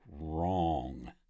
wrong